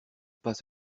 pas